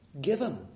Given